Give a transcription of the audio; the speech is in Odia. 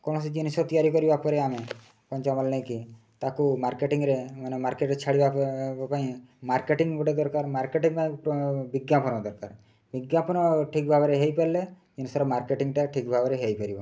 କୌଣସି ଜିନିଷ ତିଆରି କରିବା ପରେ ଆମେ କଞ୍ଚାମାଲ ନେଇକି ତାକୁ ମାର୍କେଟିଂରେ ମାନେ ମାର୍କେଟ୍ରେ ଛାଡ଼ିବା ପାଇଁ ମାର୍କେଟିଂ ଗୋଟେ ଦରକାର ମାର୍କେଟିଂ ପାଇଁ ବିଜ୍ଞାପନ ଦରକାର ବିଜ୍ଞାପନ ଠିକ୍ ଭାବରେ ହୋଇପାରିଲେ ଜିନିଷର ମାର୍କେଟିଂଟା ଠିକ୍ ଭାବରେ ହୋଇପାରିବ